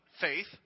faith